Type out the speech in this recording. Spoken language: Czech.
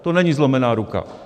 To není zlomená ruka.